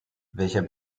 welcher